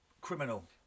criminal